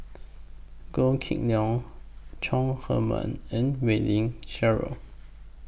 Goh Kheng Long Chong Heman and Wei Ling Cheryl